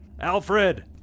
Alfred